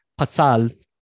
pasal